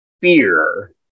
fear